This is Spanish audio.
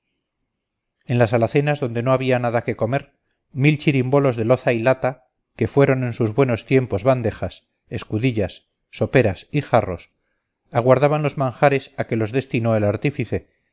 en las alacenas donde no había nada que comer mil chirimbolos de loza y lata que fueron en sus buenos tiempos bandejas escudillas soperas y jarros aguardaban los manjares a que los destinó el artífice